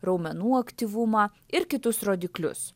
raumenų aktyvumą ir kitus rodiklius